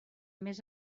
més